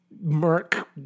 merc